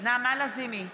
נעמה לזימי,